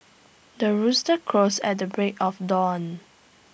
the rooster crows at the break of dawn